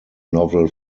novel